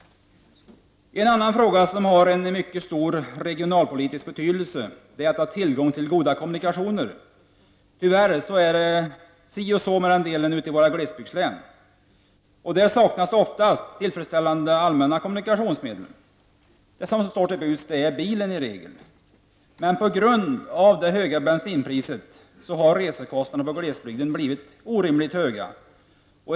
En annan fråga som har en mycket stor regionalpolitisk betydelse är tillgången till goda kommunikationer. Tyvärr är det si och så med den saken ute i våra glesbygdslän. Där saknas oftast tillfredsställande allmänna kommunikationsmedel. Det som står till buds är i regel bilen. Men på grund av det höga bensinpriset har resekostnaderna i glesbygden blivit orimligt höga.